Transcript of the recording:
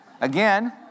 Again